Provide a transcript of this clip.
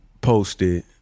posted